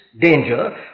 danger